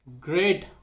Great